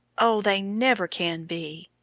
oh, they never can be!